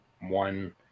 one